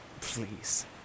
Please